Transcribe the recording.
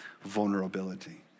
vulnerability